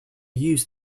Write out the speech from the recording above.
use